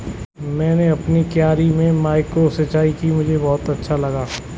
मैंने अपनी क्यारी में माइक्रो सिंचाई की मुझे बहुत अच्छा लगा